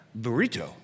burrito